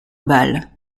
balles